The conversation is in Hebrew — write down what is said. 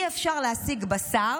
אי-אפשר להשיג בשר